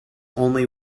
only